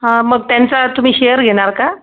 हां मग त्यांचा तुम्ही शेअर घेणार का